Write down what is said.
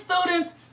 students